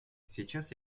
сейчас